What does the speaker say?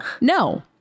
No